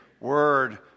word